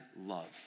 love